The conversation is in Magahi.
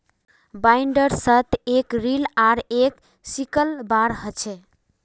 बाइंडर्सत एक रील आर एक सिकल बार ह छे